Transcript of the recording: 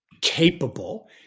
capable